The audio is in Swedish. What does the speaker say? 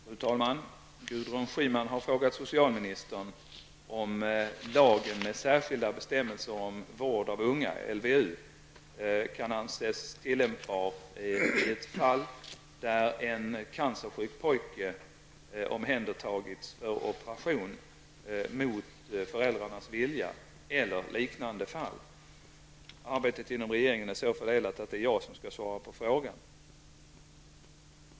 Fru talman! Gudrun Schyman har frågat socialministern om lagen om särskilda bestämmelser om vård av unga kan anses tillämpbar i ett fall, där en cancersjuk pojke omhändertagits för operation mot föräldrarnas vilja, eller i liknande fall. Arbetet inom regeringen är så fördelat att det är jag som skall svara på frågan.